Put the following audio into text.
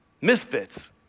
misfits